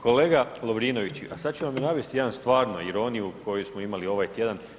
Kolega Lovrinoviću, a sada ću vam navesti jednu stvarno ironiju koju smo imali ovaj tjedan.